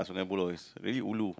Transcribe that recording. Sungei-Buloh is really ulu